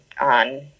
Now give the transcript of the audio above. on